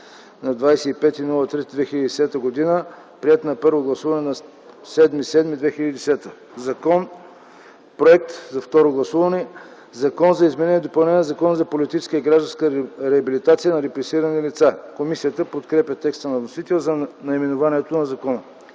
на 25.03.2010 г., приет на първо гласуване на 7.07.2010 г. Проект за второ гласуване. „Закон за изменение и допълнение на Закона за политическа и гражданска реабилитация на репресирани лица”.” Комисията подкрепя текста на вносителя за наименованието на закона.